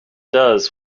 does